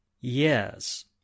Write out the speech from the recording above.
Yes